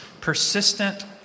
persistent